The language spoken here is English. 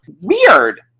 weird